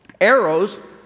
arrows